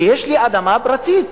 ויש לי אדמה פרטית